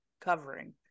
covering